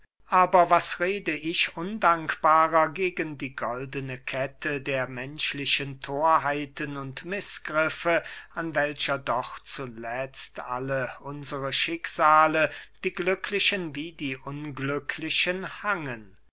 aber was rede ich undankbarer gegen die goldene kette der menschlichen thorheiten und mißgriffe an welcher doch zuletzt alle unsere schicksale die glücklichen wie die unglücklichen hangen